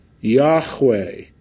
Yahweh